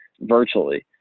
virtually